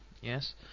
yes